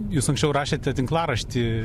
jūs anksčiau rašėte tinklaraštį